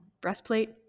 breastplate